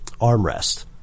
armrest